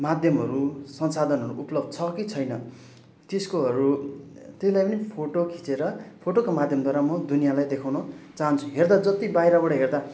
माध्यमहरू संसाधनहरू उपलब्ध छ कि छैन त्यसकोहरू त्यसलाई पनि फोटो खिँचेर फोटोको माध्यमद्वारा म दुनियालाई देखाउन चाहन्छु हेर्दा जति बाहिरबाट हेर्दा